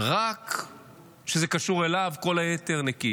רק כשזה קשור אליו, וכל היתר נקיים?